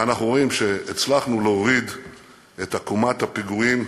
ואנחנו רואים שהצלחנו להוריד את עקומת הפיגועים,